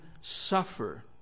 suffer